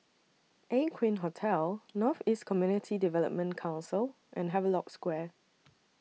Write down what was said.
Aqueen Hotel North East Community Development Council and Havelock Square